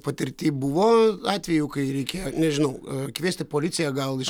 patirty buvo atvejų kai reikėjo nežinau a kviesti policiją gal iš